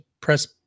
press